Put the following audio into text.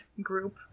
group